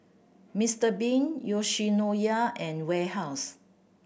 Mister Bean Yoshinoya and Warehouse